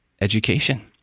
education